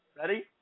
Ready